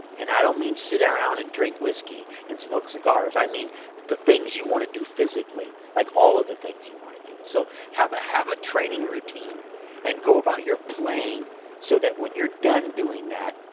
and i don't mean sit around and drink whiskey and smoke cigars i mean the things you want to do physically, like all of the things you want to do. so have have a training routine and go about your playing so that when you're done doing that,